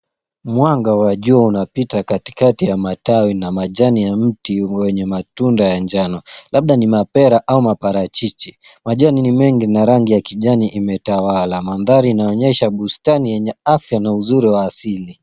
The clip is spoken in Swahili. Mwanga wa jua unapita katikati ya matawi na majani ya mti wenye matunda ya njano. Labda ni mapera au maparachichi. Majani ni mengi na rangi ya kijani imetawala. Mandhari inaonyesha bustani yenye afya na uzuri wa asili.